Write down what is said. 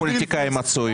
ומה יעשה פוליטיקאי מצוי?